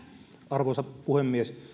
arvoisa puhemies